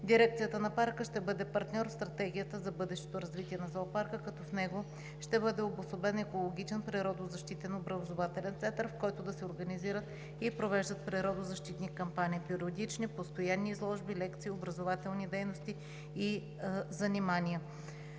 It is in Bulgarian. Дирекцията на Парка ще бъде партньор в Стратегията за бъдещото развитие на зоопарка, като в него ще бъде обособен екологичен природозащитен образователен център, в който да се организират и провеждат природозащитни кампании, периодични, постоянни изложби, лекции, образователни дейности и занимания.